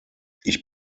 ich